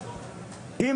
רון כץ,